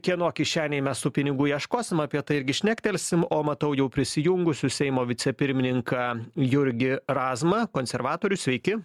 kieno kišenėj mes tų pinigų ieškosim apie tai irgi šnektelsim o matau jau prisijungusius seimo vicepirmininką jurgį razmą konservatorius sveiki